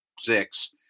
six